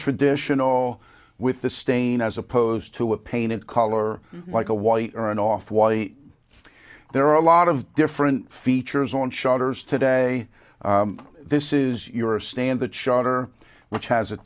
traditional with the stain as opposed to a painted color like a white or an off white there are a lot of different features on shutters today this is your standard charter which has a